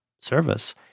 service